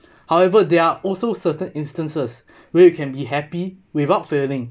however there are also certain instances where you can be happy without failing